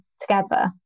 together